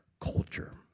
culture